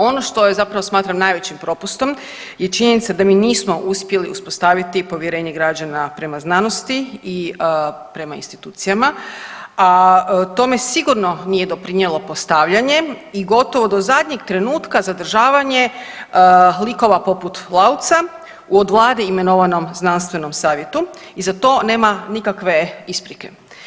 Ono što je, zapravo smatram najvećim propustom je činjenica da mi nismo uspjeli uspostaviti povjerenje građana prema znanosti i prema institucijama, a tome sigurno nije doprinjelo postavljanje i gotovo do zadnjeg trenutka zadržavanje likova poput Lauca, od vlade imenovanom znanstvenom savjetu i za to nema nikakve isprike.